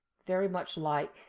very much like,